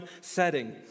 setting